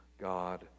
God